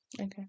Okay